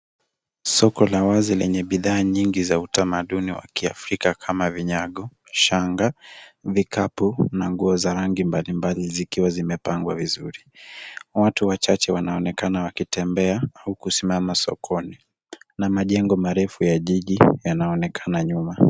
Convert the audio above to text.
Soko la wazi lenye bidhaa nyingi za utamaduni wa kiafrika kama vinyago, shanga, vikapu na nguo za rangi mbalimbali zikiwa zimepangwa vizuri. Watu wachache wanaonekana wakitembea au kusimama sokoni na majengo marefu ya jiji yanaonekana nyuma.